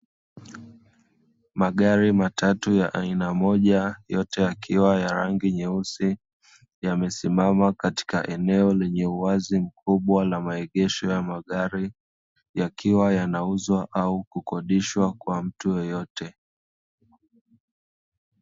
Magari matatu ya aina moja, yote yakiwa ya rangi nyeusi, yamesimama katika eneo lenye uwazi mkubwa la maegesho ya magari, yakiwa yanauzwa au kukodishwa kwa mtu yeyote.